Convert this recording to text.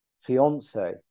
fiance